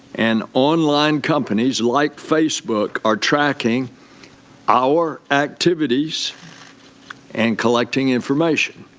and on-line companies, like facebook, are tracking our activities and collecting information.